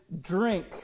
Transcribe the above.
drink